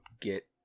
get